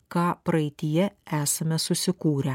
ką praeityje esame susikūrę